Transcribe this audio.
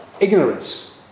ignorance